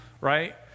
right